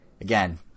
Again